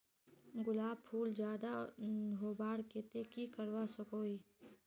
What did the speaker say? गुलाब फूल ज्यादा होबार केते की करवा सकोहो ही?